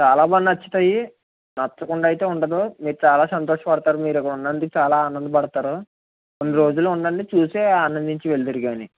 చాలా బాగా నచ్చుతాయి నచ్చకుండా అయితే ఉండదు మీరు చాలా సంతోషపడతారు మీరు ఇక్కడ ఉండండి చాలా ఆనందపడతారు రెండు రోజులు ఉండండి చూసే ఆనందించి వెళుదురు గాని